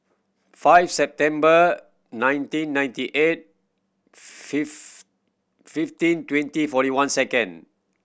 five September nineteen ninety eight fifteen twenty forty one second